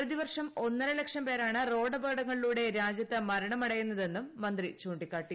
പ്രതിവർഷം ഒന്നരലക്ഷം പേരാണ് റോഡപകടങ്ങളിലൂടെ രാജ്യത്ത് മരണമടയുന്നതെന്നും മന്ത്രി ചൂണ്ടിക്കാട്ടി